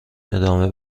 ادامه